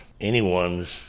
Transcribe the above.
anyone's